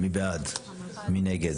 אני לא חושב שזה הסתייגות.